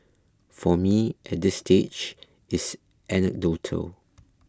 for me at this stage it's anecdotal